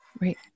Right